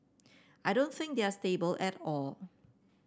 I don't think they are stable at all